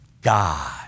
God